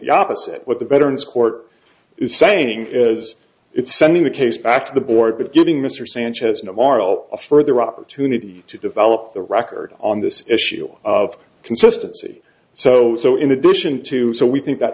the opposite what the veterans court is saying is it's sending the case back to the board but giving mr sanchez navarro a further opportunity to develop the record on this issue of consistency so so in addition to so we think that